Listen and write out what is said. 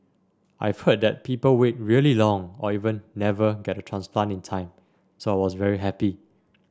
I've heard that people wait really long or even never get a transplant in time so I was very happy